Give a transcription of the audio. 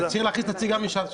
אני מציע להכניס שם גם נציג מש"ס.